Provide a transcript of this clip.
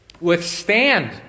withstand